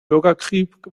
bürgerkrieg